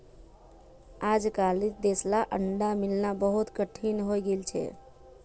अजकालित देसला अंडा मिलना बहुत कठिन हइ गेल छ